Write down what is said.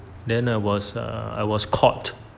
then I was err I was caught